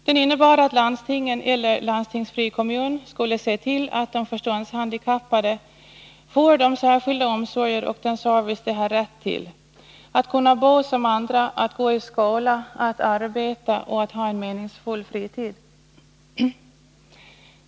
Den innebar att landstingen eller landstingsfri kommun skulle se till att de förståndshandikappade får de särskilda omsorger och den service de har rätt till — att kunna bo som andra, att gå i skola, att arbeta och att ha en meningsfull fritid.